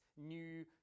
new